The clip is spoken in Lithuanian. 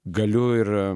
galiu ir